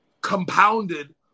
compounded